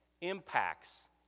impacts